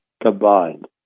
combined